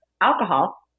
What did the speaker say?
alcohol